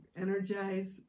energize